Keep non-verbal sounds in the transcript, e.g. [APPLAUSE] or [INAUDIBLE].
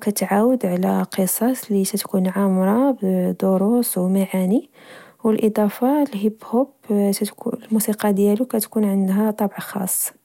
كتعاود على قصص لكتكون عامرة بدروس ومعاني. والإضافة الهيب هوب [HESITATION] الموسيقى ديالو كتكون عندها طابع خاص